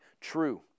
true